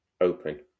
open